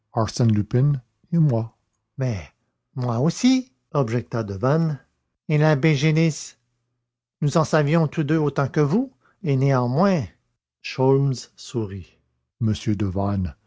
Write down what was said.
arsène lupin et moi mais moi aussi objecta devanne et l'abbé gélis nous en savions tous deux autant que vous et néanmoins sholmès sourit monsieur devanne